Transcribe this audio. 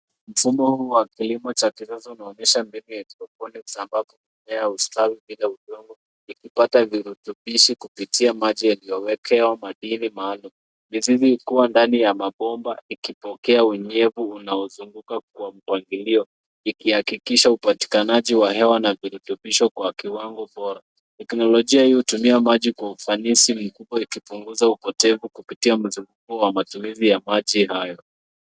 Mfumo huu wa kilimo cha kisasa unaonyesha mbinu ya hydroponics ambapo mimea hustawi bila udongo ,ikipata virutubishi kupitia maji yaliyowekewa madini maalum. Mizizi hukuwa ndani ya mabomba ikipokea unyevu unaozunguka kwa mpangilio ikihakikisha upatikanaji wa hewa na virutubisho kwa kiwango bora. Teknolojia hii hutumia maji kwa ufanisi mkubwa ikipunguza upotevu kupitia mzunguko wa matumizi hayo.